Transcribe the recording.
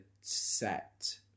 set